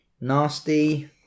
Nasty